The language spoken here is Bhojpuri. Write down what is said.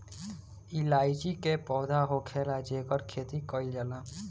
इलायची के पौधा होखेला जेकर खेती कईल जाला